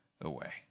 away